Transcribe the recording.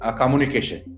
communication